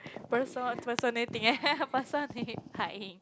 personal personating personifying